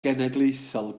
genedlaethol